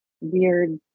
weird